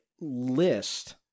list